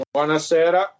Buonasera